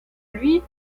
lui